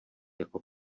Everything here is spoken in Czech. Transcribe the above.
jako